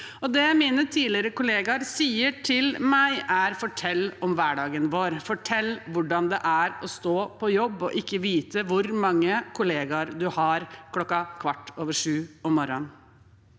Det mine tidligere kollegaer sier til meg, er: Fortell om hverdagen vår, fortell hvordan det er å stå på jobb og ikke vite hvor mange kollegaer du har klokken kvart over sju om morgenen.